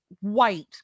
white